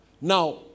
Now